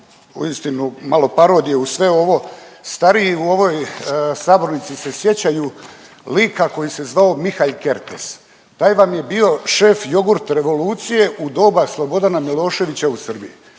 uistinu malo parodije uz sve ovo. Stariji u ovoj sabornici se sjećaju lika se zvao Mihalj Kerkez. Taj vam je bio šef jogurt revolucije u doba Slobodana Miloševića u Srbiji,